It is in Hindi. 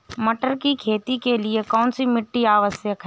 मटर की खेती के लिए कौन सी मिट्टी आवश्यक है?